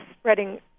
spreading